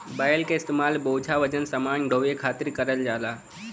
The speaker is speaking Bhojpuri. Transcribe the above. बैल क इस्तेमाल बोझा वजन समान ढोये खातिर करल जाला